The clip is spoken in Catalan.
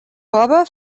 cove